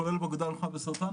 כולל באגודה למלחמה בסרטן,